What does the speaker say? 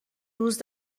روز